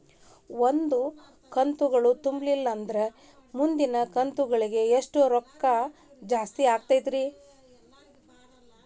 ಒಂದು ತಿಂಗಳಾ ಕಂತು ತುಂಬಲಿಲ್ಲಂದ್ರ ಮುಂದಿನ ತಿಂಗಳಾ ಎಷ್ಟ ರೊಕ್ಕ ಜಾಸ್ತಿ ಆಗತೈತ್ರಿ?